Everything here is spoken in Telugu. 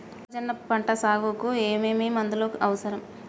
మొక్కజొన్న పంట సాగుకు ఏమేమి మందులు అవసరం?